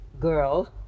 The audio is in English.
girl